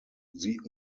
sie